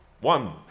One